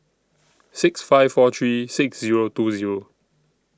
six five four three six Zero two Zero